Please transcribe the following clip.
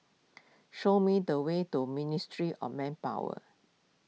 show me the way to Ministry of Manpower